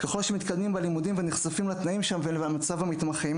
ככל שהלימודים מתקדמים ונחשפים לתנאים שם ולמצב המתמחים